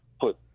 put